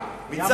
היא אמרה,